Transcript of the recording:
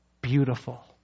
beautiful